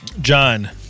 John